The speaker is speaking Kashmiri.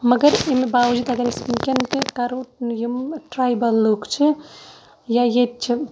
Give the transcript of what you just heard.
مَگَر امہِ باوَجوٗد اَگَر أسۍ وٕنکیٚن تہِ کَرو یِم ٹرایبَل لُکھ چھِ یا ییٚتہِ چھِ